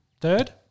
third